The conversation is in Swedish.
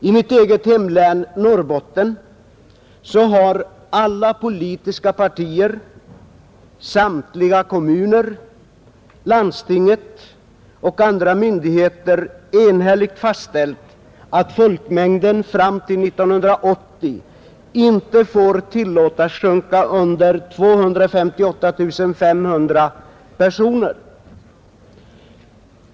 I mitt eget hemlän, Norrbotten, har alla politiska partier, samtliga kommuner, landstinget och andra myndigheter enhälligt fastställt att folkmängden fram till 1980 inte får tillåtas sjunka under 258 500 personer.